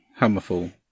Hammerfall